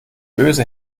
böse